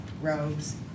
robes